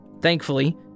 Thankfully